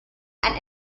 and